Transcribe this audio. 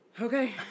Okay